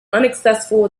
unsuccessful